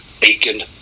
bacon